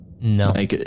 no